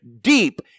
deep